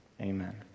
amen